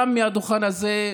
גם מהדוכן הזה,